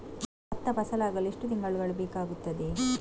ಭತ್ತ ಫಸಲಾಗಳು ಎಷ್ಟು ತಿಂಗಳುಗಳು ಬೇಕಾಗುತ್ತದೆ?